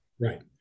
Right